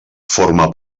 forma